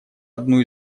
одну